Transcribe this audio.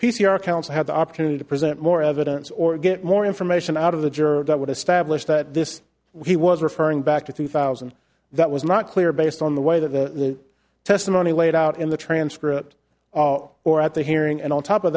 r counsel had the opportunity to present more evidence or get more information out of the juror that would establish that this we was referring back to two thousand that was not clear based on the way that the testimony laid out in the transcript or at the hearing and on top of